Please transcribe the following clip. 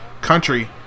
country